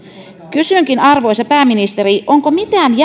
kysynkin arvoisa pääministeri onko mitään